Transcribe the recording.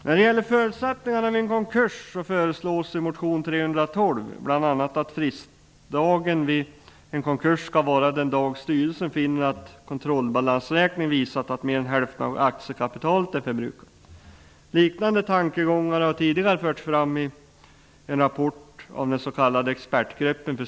När det gäller förutsättningarna vid en konkurs föreslås i motion L312 bl.a. att fristdagen vid en konkurs skall vara den dag styrelsen finner att kontrollbalansräkning visat att mer än hälften av aktiekapitalet är förbrukat. Liknande tankegångar har tidigare förts fram i en rapport av den s.k.